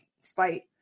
spite